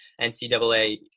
NCAA